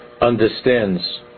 understands